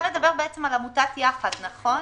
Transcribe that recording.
נכון.